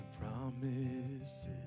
promises